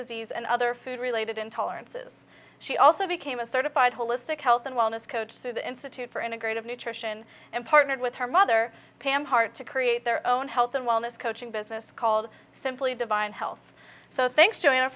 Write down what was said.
disease and other food related intolerances she also became a certified holistic health and wellness coach through the institute for integrative nutrition and partnered with her mother pam hart to create their own health and wellness coaching business called simply divine health so thanks joanna